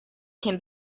can